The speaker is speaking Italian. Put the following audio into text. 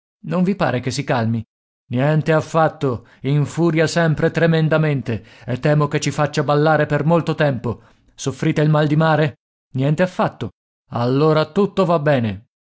non vi pare che si calmi niente affatto infuria sempre tremendamente e temo che ci faccia ballare per molto tempo soffrite il mal di mare niente affatto allora tutto va bene